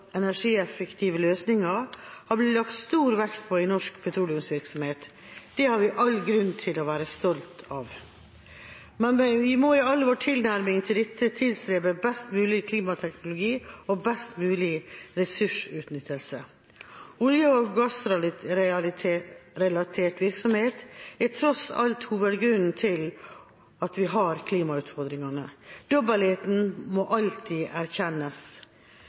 energieffektive løsninger har blitt tillagt stor vekt i norsk petroleumsvirksomhet. Det har vi all grunn til å være stolte av. Men vi må i all vår tilnærming til dette tilstrebe best mulig klimateknologi og best mulig ressursutnyttelse. Olje- og gassrelatert virksomhet er tross alt hovedgrunnen til at vi har klimautfordringene. Dobbeltheten må alltid erkjennes.